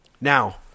Now